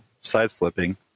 side-slipping